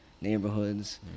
neighborhoods